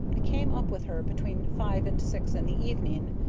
i came up with her between five and six in the evening,